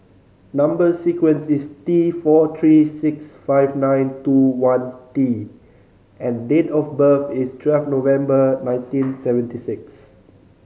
number sequence is T four three six five nine two one T and date of birth is twelve November nineteen seventy six